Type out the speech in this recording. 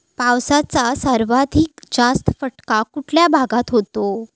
पावसाचा सर्वाधिक जास्त फटका कुठल्या भागात होतो?